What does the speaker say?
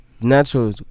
natural